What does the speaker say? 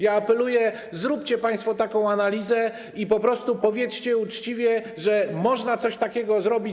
Ja apeluję: zróbcie państwo taką analizę i po prostu powiedzcie uczciwie, że można coś takiego zrobić.